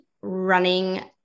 running